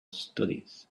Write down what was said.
studies